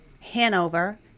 Hanover